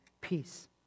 peace